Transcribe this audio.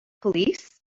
police